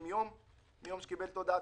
התקיימו לגביו שני התנאים